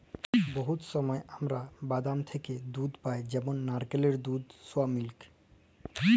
বহুত সময় আমরা বাদাম থ্যাকে দুহুদ পাই যেমল লাইরকেলের দুহুদ, সয়ামিলিক